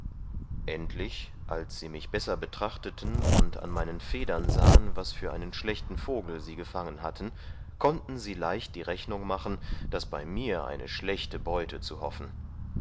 endlich als sie mich besser betrachteten und an meinen federn sahen was vor einen schlechten vogel sie gefangen hätten konnten sie leicht die rechnung machen daß bei mir eine schlechte beute zu hoffen